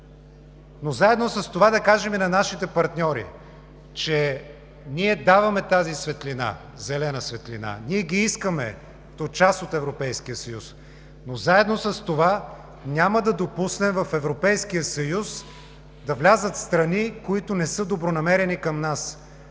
Но заедно с това да кажем на нашите партньори, че ние даваме тази зелена светлина, ние ги искаме като част от Европейския съюз, но няма да допуснем в Европейския съюз да влязат страни, които не са добронамерени към нас,